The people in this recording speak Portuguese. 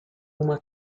uma